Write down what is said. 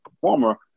performer